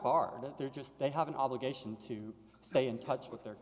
bar that they're just they have an obligation to stay in touch with their